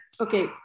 okay